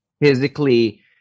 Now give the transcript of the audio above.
physically